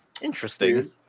interesting